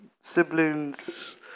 siblings